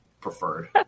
preferred